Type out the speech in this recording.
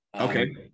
Okay